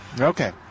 Okay